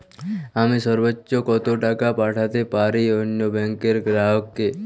আমি সর্বোচ্চ কতো টাকা পাঠাতে পারি অন্য ব্যাংকের গ্রাহক কে?